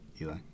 Eli